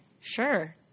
sure